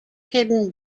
hidden